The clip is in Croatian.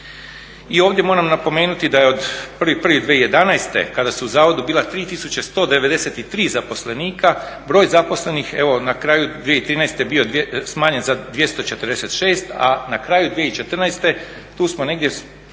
i ovdje moram napomenuti da je od 1.01.2011. kada su u zavodu bila 3193 zaposlenika broj zaposlenih evo na kraju 2013. bio smanjen za 246, a na kraju 2014. tu smo negdje po prilici